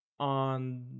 On